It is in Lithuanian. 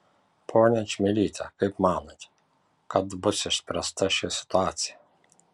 ponia čmilyte kaip manote kad bus išspręsta ši situacija